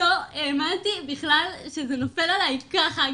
לא האמנתי בכלל שזה נופל עליי ככה,